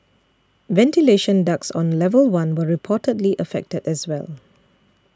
ventilation ducts on level one were reportedly affected as well